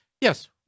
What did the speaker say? Yes